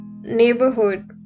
neighborhood